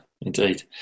indeed